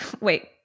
Wait